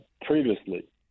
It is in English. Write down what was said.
previously